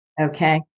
Okay